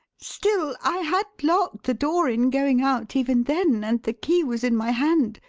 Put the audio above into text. still i had locked the door in going out even then and the key was in my hand.